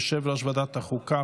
יושב-ראש ועדת החוקה,